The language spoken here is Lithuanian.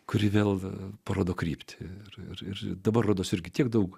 kuri vėl parodo kryptį ir dabar rodos irgi tiek daug